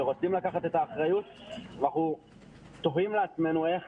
אנחנו תוהים לעצמנו איך